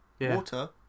water